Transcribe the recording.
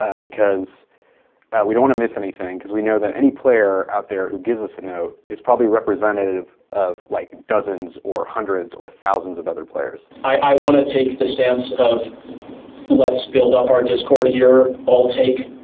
ah because we don't want to miss anything, cause we know that any player out there who gives us a note is probably representative of, like, dozens, or hundreds, or thousands of other players. i want to take the stance of let's build up our discord here. i'll take,